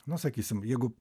na sakysim jeigu